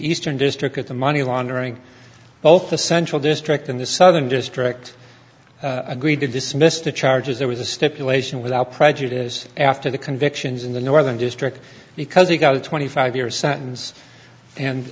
eastern district at the money laundering both the central district and the southern district agreed to dismiss the charges there was a stipulation without prejudice after the convictions in the northern district because he got a twenty five year sentence and